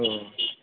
अ